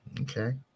Okay